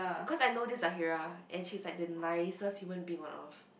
cause I know this Zahirah and she's like the nicest human being on earth